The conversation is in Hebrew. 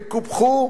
הם קופחו